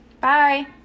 Bye